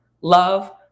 Love